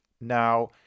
now